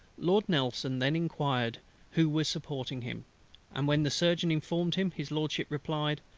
lord nelson then inquired who were supporting him and when the surgeon informed him, his lordship replied,